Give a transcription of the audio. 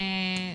כרמל שאמה הכהן,